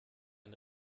ein